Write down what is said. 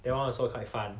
that one also quite fun